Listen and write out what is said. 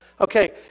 Okay